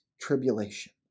tribulation